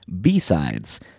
B-Sides